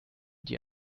die